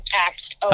act